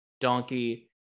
Donkey